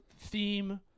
theme